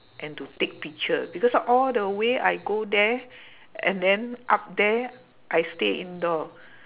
and to take picture because all the way I go there and then up there I stay indoor